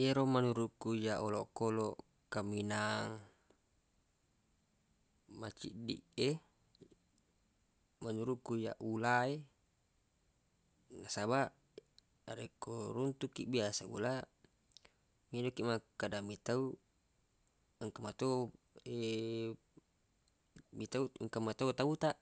Yero menurukku iyyaq olokoloq kaminang maciddiq e menurukku iyyaq ula e nasabaq narekko runtuq kiq biasa ula melo kiq makkeda mitau engka mato mitau engka mato tau taq